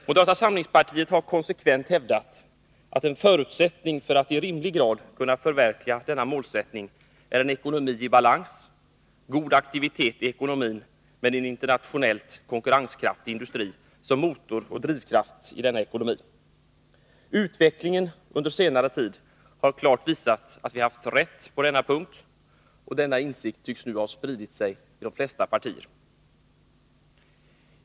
Moderata samlingspartiet har konsekvent hävdat att en förutsättning för att i rimlig grad kunna nå detta mål är en ekonomi i balans och med god aktivitet, med en internationellt konkurrenskraftig industri som motor och drivkraft i denna ekonomi. Utvecklingen under senare tid visar klart att vi har haft rätt på denna punkt. Denna insikt tycks nu ha spridit sig till de flesta partier.